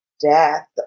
death